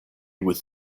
with